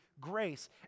grace